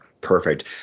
Perfect